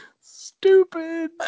Stupid